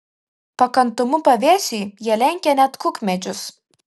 pakantumu pavėsiui jie lenkia net kukmedžius